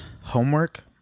homework